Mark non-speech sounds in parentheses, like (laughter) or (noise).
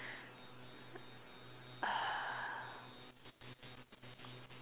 (noise)